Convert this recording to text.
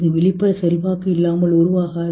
இது வெளிப்புற செல்வாக்கு இல்லாமல் உருவாகாது